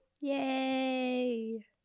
Yay